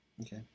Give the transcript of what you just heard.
okay